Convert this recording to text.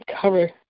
Cover